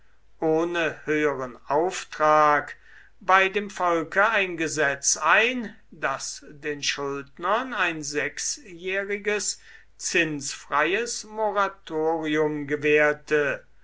ohne höheren auftrag bei dem volke ein gesetz ein das den schuldnern ein sechsjähriges zinsfreies moratorium gewährte